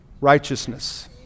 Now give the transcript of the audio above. righteousness